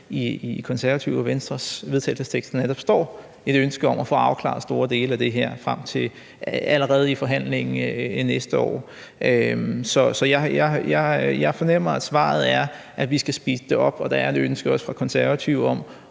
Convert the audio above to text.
i Konservative og Venstres forslag til vedtagelse netop står et ønske om at få afklaret store dele af det her allerede i forhandlingen næste år. Så jeg fornemmer, at svaret er, at vi skal speede det op, og at der også er et ønske fra Konservative om